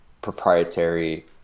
proprietary